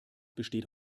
besteht